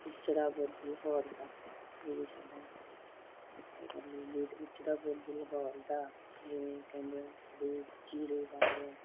ਉਚਰਾ ਬੁਰਜ ਲਾਹੌਰ ਦਾ ਇਹ ਵੀ ਸਾਡਾ ਹੈਗਾ ਲੋਕ ਗੀਤ ਉਚੜਾ ਬੁਰਜ ਲਾਹੌਰ ਦਾ ਜਿਵੇਂ ਕਹਿੰਦੇ ਆ ਵੀ ਚੀਰੇ ਵਾਲਿਆ